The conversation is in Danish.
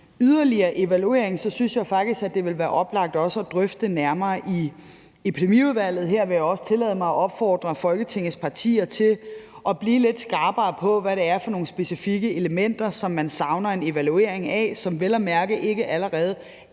yderligere evaluering, så vil være oplagt at drøfte det nærmere i Epidemiudvalget. Her vil jeg også tillade mig at opfordre Folketingets partier til at blive lidt skarpere på, hvad det er for nogle specifikke elementer, som man savner en evaluering af, og som vel at mærke ikke allerede